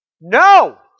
No